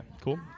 cool